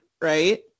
right